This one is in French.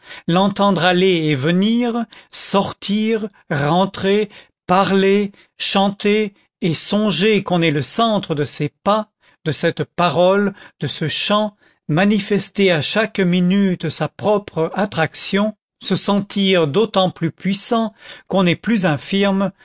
l'entendre aller et venir sortir rentrer parler chanter et songer qu'on est le centre de ces pas de cette parole de ce chant manifester à chaque minute sa propre attraction se sentir d'autant plus puissant qu'on est plus infirme